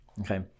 Okay